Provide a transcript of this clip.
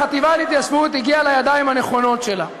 החטיבה להתיישבות הגיעה לידיים הנכונות שלה.